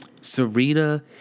Serena